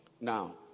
Now